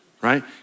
Right